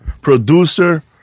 producer